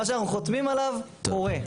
מה שאנחנו חותמים עליו קורה.